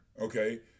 okay